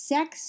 Sex